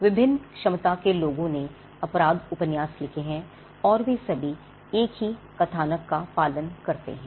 विभिन्न क्षमता के लोगों ने अपराध उपन्यास लिखे हैं और वे सभी एक ही कथानक का पालन करते हैं